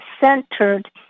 centered